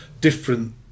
different